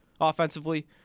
offensively